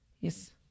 Yes